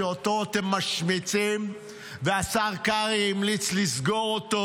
שאותו אתם משמיצים ושהשר קרעי המליץ לסגור אותו.